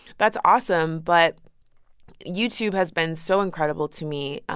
that's awesome but youtube has been so incredible to me,